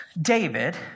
David